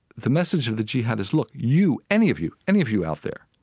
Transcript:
the message of the jihad is, look, you, any of you, any of you out there,